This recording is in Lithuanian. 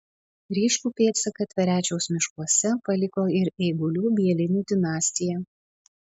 ryškų pėdsaką tverečiaus miškuose paliko ir eigulių bielinių dinastija